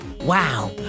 Wow